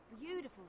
Beautiful